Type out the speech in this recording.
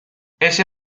ese